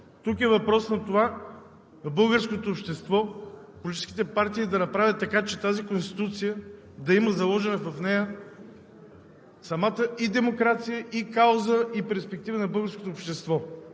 тук е въпрос на това българското общество, политическите партии да направят така, че в тази Конституция да има заложена самата и демокрация, и кауза, и перспектива на българското общество,